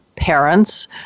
parents